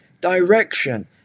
direction